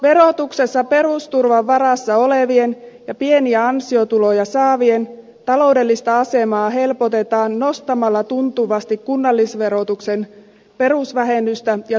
verotuksessa perusturvan varassa olevien ja pieniä ansiotuloja saavien taloudellista asemaa helpotetaan nostamalla tuntuvasti kunnallisverotuksen perusvähennystä ja työtulovähennystä